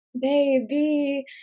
baby